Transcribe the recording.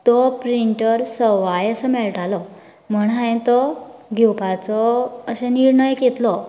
तो प्रिन्टर सवाय असो मेळटालो म्हण हांयेन तो घेवपाचो अशें निर्णय घेतलो